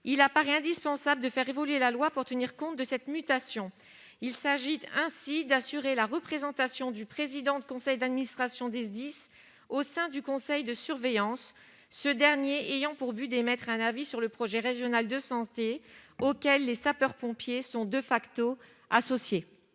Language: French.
il apparaît indispensable de faire évoluer la loi pour tenir compte de cette mutation. Il s'agit ainsi d'assurer la représentation du président du conseil d'administration du SDIS au sein du conseil de surveillance de l'ARS, ce dernier ayant pour but d'émettre un avis sur le projet régional de santé, auquel les sapeurs-pompiers sont associés.